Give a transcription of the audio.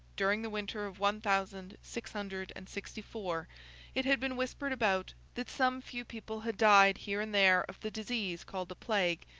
during the winter of one thousand six hundred and sixty-four it had been whispered about, that some few people had died here and there of the disease called the plague,